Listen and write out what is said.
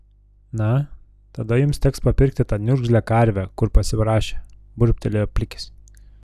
na tada jums teks papirkti tą niurgzlę karvę kur pasirašė burbtelėjo plikis